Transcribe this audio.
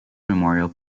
memorial